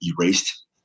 erased